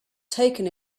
taken